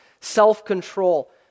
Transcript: self-control